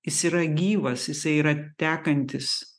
jis yra gyvas jisai yra tekantis